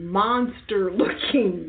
monster-looking